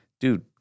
dude